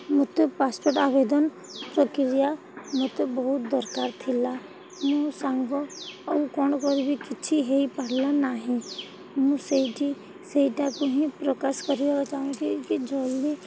ମୋତେ ପାସ୍ପୋର୍ଟ୍ ଆବେଦନ ପ୍ରକ୍ରିୟା ମୋତେ ବହୁତ ଦରକାର ଥିଲା ମୁଁ ସାଙ୍ଗ ଆଉ କ'ଣ କରିବି କିଛି ହୋଇପାରିଲା ନାହିଁ ମୁଁ ସେଇଠି ସେଇଟାକୁ ହିଁ ପ୍ରକାଶ କରିବାକୁ ଚାହୁଁଛି କି ଜଲ୍ଦି